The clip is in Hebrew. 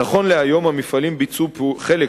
נכון להיום המפעלים ביצעו חלק